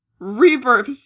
Rebirth